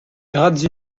grades